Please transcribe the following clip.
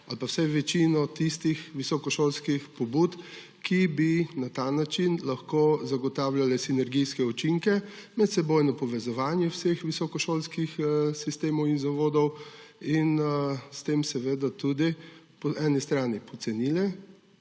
ali pa vsaj večino tistih visokošolskih pobud, ki bi na ta način lahko zagotavljale sinergijske učinke, medsebojno povezovanje vseh visokošolskih sistemov in zavodov, in s tem tudi po eni strani pocenile